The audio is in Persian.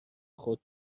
خود